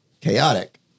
Chaotic